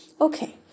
okay